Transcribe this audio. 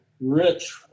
rich